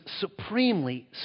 supremely